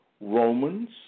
Romans